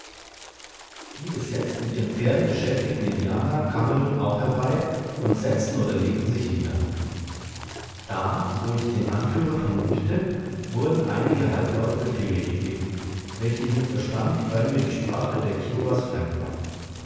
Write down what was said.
die bis jetzt mit ihren pferden beschäftigten indianer kamen nun auch herbei und setzten oder legten sich nieder da wo ich den anführer vermutete wurden einige halblaute befehle gegeben welche ich nicht verstand weil mir die sprache der kiowas fremd war